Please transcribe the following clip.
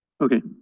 Okay